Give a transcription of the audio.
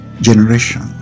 generation